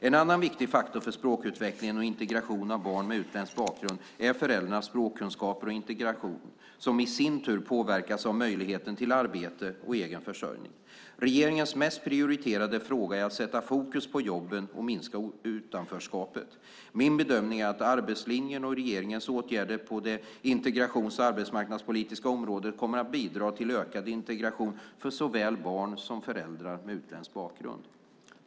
En annan viktig faktor för språkutveckling och integration av barn med utländsk bakgrund är föräldrarnas språkkunskaper och integration, som i sin tur påverkas av möjligheten till arbete och egen försörjning. Regeringens mest prioriterade fråga är att sätta fokus på jobben och att minska utanförskapet. Min bedömning är att arbetslinjen och regeringens åtgärder på det integrations och arbetsmarknadspolitiska området kommer att bidra till ökad integration för såväl barn som föräldrar med utländsk bakgrund.